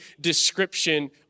description